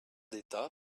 d’état